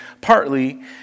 partly